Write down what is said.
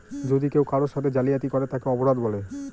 যদি কেউ কারোর সাথে জালিয়াতি করে তাকে অপরাধ বলে